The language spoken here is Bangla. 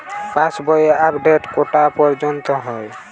পাশ বই আপডেট কটা পর্যন্ত হয়?